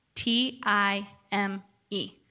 T-I-M-E